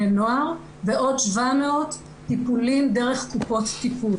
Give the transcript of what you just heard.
נוער ועוד 700 טיפולים דרך קופות טיפול.